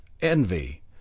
envy